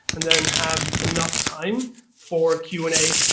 and then have enough time for q and a.